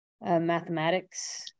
mathematics